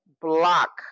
block